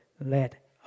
let